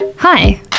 Hi